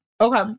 Okay